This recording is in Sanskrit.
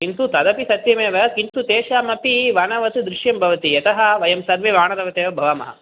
किन्तु तदपि सत्यमेव किन्तु तेषाम् अपि वनवत् दृश्यं भवति यतः वयं सर्वे वानरवत् एव भवामः